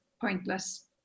pointless